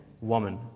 woman